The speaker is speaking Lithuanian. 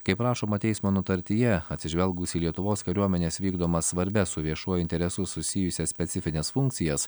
kaip rašoma teismo nutartyje atsižvelgus į lietuvos kariuomenės vykdomas svarbias su viešuoju interesu susijusias specifines funkcijas